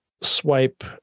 swipe